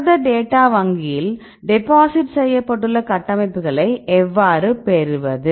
புரத டேட்டா வங்கியில் டெபாசிட் செய்யப்பட்டுள்ள கட்டமைப்புகளை எவ்வாறு பெறுவது